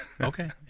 Okay